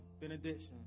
benediction